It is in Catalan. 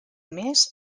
més